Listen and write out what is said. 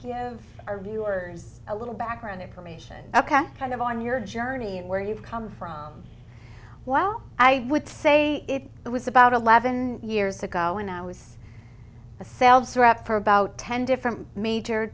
give our viewers a little background information ok kind of on your journey and where you've come from well i would say it was about eleven years ago when i was the selves were up for about ten different major